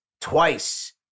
twice